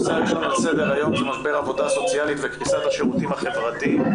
הנושא על סדר היום הוא משבר העבודה הסוציאלית וקריסת השירותים החברתיים.